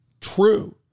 True